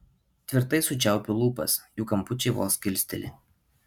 tvirtai sučiaupiu lūpas jų kampučiai vos kilsteli